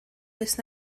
fis